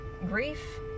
Grief